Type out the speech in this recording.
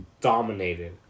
dominated